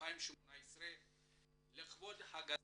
2018 לכבוד חג הסיגד,